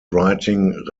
writing